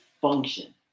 function